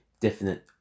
definite